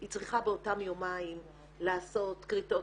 היא צריכה באותם יומיים לעשות כריתות